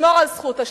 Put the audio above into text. לשמור על זכות השתיקה.